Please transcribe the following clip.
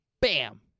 BAM